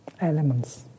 elements